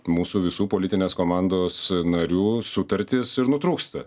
mūsų visų politinės komandos narių sutartis ir nutrūksta